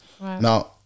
Now